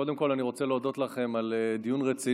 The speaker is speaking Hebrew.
קודם כול אני רוצה להודות לכם על דיון רציני.